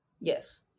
yes